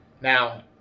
Now